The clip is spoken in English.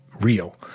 real